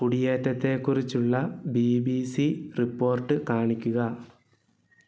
കുടിയേറ്റത്തെക്കുറിച്ചുള്ള B B C report കാണിക്കുക